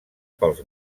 pels